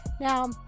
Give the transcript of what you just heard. Now